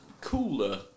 Cooler